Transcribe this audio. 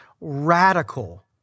radical